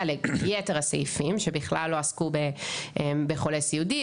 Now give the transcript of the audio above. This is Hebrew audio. ליתר הסעיפים שבכלל לא עסקו בחולה סיעודי,